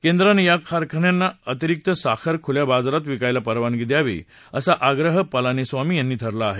केंद्रानं या कारखान्यांना अतिरिक्त साखर खुल्या बाजारात विकायला परवानगी द्यावी असा आग्रह पलानीस्वामी यांनी धरला आहे